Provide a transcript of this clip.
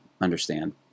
understand